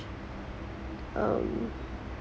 um